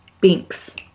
Binks